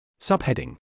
Subheading